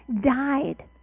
died